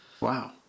Wow